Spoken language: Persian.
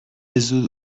زود